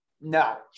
no